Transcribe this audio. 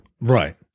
Right